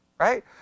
right